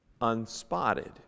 unspotted